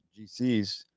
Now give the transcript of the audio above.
GCs